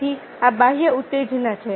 તેથીઆ બાહ્ય ઉત્તેજના છે